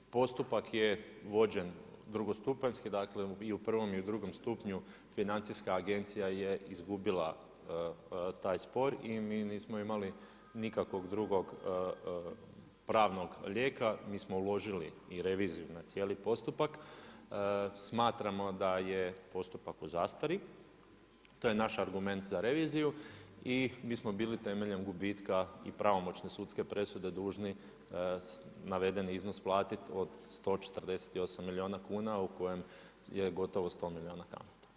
Postupak je vođen drugostupanjski, dakle i u prvo i u drugom stupnju FINA je izgubila taj spor i mi nismo imali nikakvog drugog pravno lijek, a mi smo uložili i reviziju na cijeli postupak. smatramo da je postupak u zastari, to je naš argument za reviziju i mi smo bili temeljem gubitka i pravomoćne sudske presude dužni navedeni iznos platiti od 148 milijuna kuna u kojem je gotovo 100 milijuna kamata.